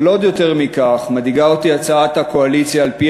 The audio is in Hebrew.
אבל עוד יותר מכך מדאיגה אותי הצעת הקואליציה שעל-פיה